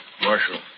Marshal